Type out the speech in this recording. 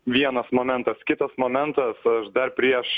vienas momentas kitas momentas aš dar prieš